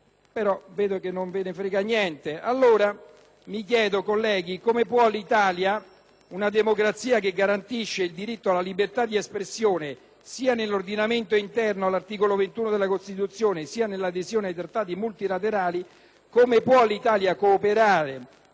*(Richiami del Presidente).* Allora mi chiedo, colleghi: come può l'Italia, una democrazia che garantisce il diritto alla libertà di espressione, sia nell'ordinamento interno, all'articolo 21 della Costituzione, sia nell'adesione a trattati multilaterali, come può l'Italia cooperare